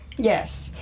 Yes